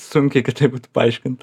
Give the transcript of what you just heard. sunkiai kitaip būtų paaiškint